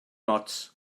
ots